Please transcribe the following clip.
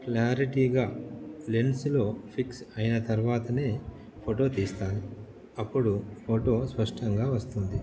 క్లారిటీగా లెన్స్లో ఫిక్స్ అయిన తర్వాతనే ఫొటో తీస్తాను అప్పుడు ఫొటో స్పష్టంగా వస్తుంది